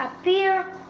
appear